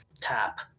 tap